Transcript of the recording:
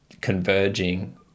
converging